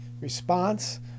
response